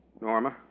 Norma